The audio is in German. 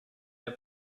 der